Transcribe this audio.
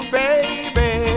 baby